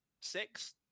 six